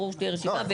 ברור שתהיה רשימה.